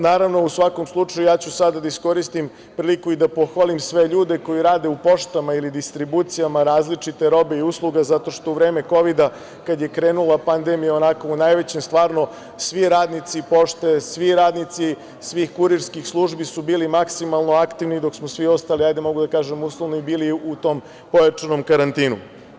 Naravno, u svakom slučaju, ja ću sada da iskoristim priliku i da pohvalim sve ljude koji rade u poštama ili distribucijama različite robe i usluga, zato što u vreme kovida, kad je krenula pandemija, onako u najvećem, stvarno, svi radnici pošte, svi radnici svih kurirskih službi su bili maksimalno aktivni dok smo svi ostali, hajde, mogu da kažem, uslovno i bili u tom pojačanom karantinu.